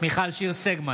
מיכל שיר סגמן,